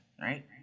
right